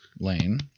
Lane